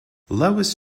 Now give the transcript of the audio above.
louis